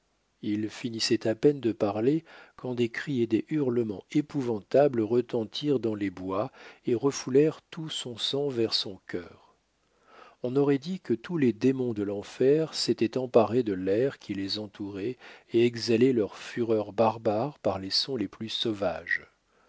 il finissait à peine de parler quand des cris et des hurlements épouvantables retentirent dans les bois et refoulèrent tout son sang vers son cœur on aurait dit que tous les démons de l'enfer s'étaient emparés de l'air qui les entourait et exhalaient leur fureur barbare par les sons les plus sauvages